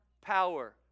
power